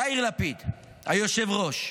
יאיר לפיד, היושב-ראש,